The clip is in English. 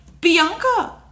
Bianca